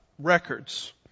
Records